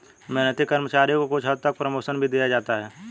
मेहनती कर्मचारी को कुछ हद तक प्रमोशन भी दिया जाता है